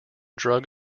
drug